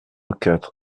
quatre